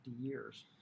years